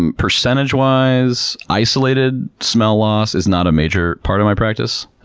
and percentage wise? isolated smell loss is not a major part of my practice.